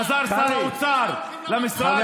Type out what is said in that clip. חזר שר האוצר למשרד, קרעי.